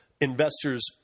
investors